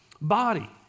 body